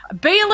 Baylor